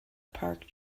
park